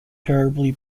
terribly